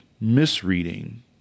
misreading